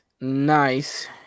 nice